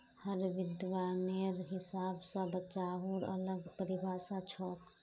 हर विद्वानेर हिसाब स बचाउर अलग परिभाषा छोक